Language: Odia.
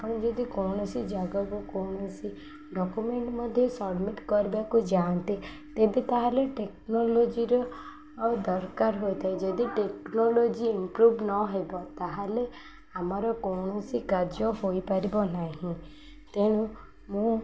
ଆପଣ ଯଦି କୌଣସି ଜାଗାକୁ କୌଣସି ଡକ୍ୟୁମେଣ୍ଟ ମଧ୍ୟ ସବମିଟ୍ କରିବାକୁ ଯାଆନ୍ତେ ତେବେ ତା'ହେଲେ ଟେକ୍ନୋଲୋଜିର ଦରକାର ହୋଇଥାଏ ଯଦି ଟେକ୍ନୋଲୋଜି ଇମ୍ପ୍ରୁଭ୍ ନହେବ ତା'ହେଲେ ଆମର କୌଣସି କାର୍ଯ୍ୟ ହୋଇପାରିବ ନାହିଁ ତେଣୁ ମୁଁ